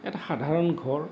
এটা সাধাৰণ ঘৰ